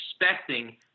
expecting